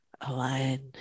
align